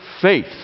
faith